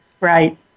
Right